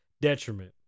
detriment